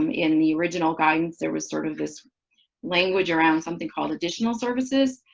um in the original guidance there was sort of this language around something called additional services.